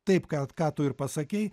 taip kąką tu ir pasakei